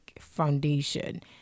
foundation